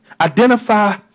identify